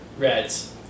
Reds